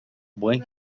buen